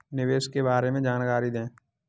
निवेश के बारे में जानकारी दें?